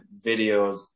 videos